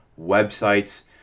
websites